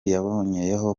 yaboneyeho